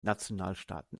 nationalstaaten